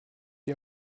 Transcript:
die